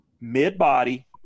mid-body